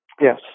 Yes